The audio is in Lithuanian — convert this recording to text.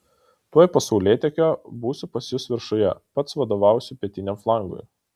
tuoj po saulėtekio būsiu pas jus viršuje pats vadovausiu pietiniam flangui